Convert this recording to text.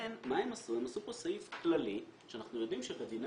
הם עשו פה סעיף כללי ואנחנו יודעים שבדיני